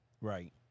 Right